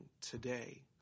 today